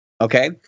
Okay